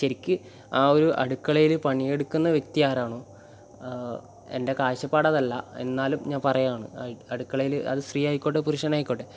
ശരിക്ക് ആ ഒരു അടുക്കളയിൽ പണിയെടുക്കുന്ന വ്യക്തി ആരാണോ എൻ്റെ കാഴ്ചപ്പാടതല്ല എന്നാലും ഞാൻ പറയുവാണ് അടുക്കളയിൽ അത് സ്ത്രീ ആയിക്കോട്ടെ പുരുഷനായിക്കോട്ടെ